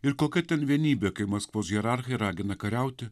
ir kokia ten vienybė kai maskvos hierarchai ragina kariauti